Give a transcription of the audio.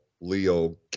Leo